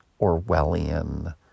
Orwellian